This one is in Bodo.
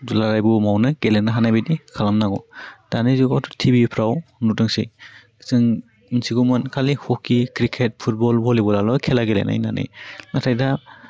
दुलाराइ बुहुमावनो गेलेनो हानाय बायदि खालामनांगौ दानि जुगाव टिभिफ्राव नुदोंसै जों मोनथिगौमोन खालि हकि क्रिकेट फुटबल बलिबलाल' खेला गेलेनाय होन्नानै नाथाइ दा